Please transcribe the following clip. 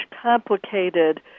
complicated